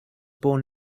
born